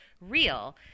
real